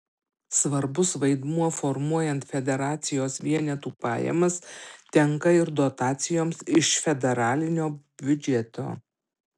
svarbus vaidmuo formuojant federacijos vienetų pajamas tenka ir dotacijoms iš federalinio biudžeto